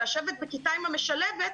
לשבת בכיתה עם המשלבת,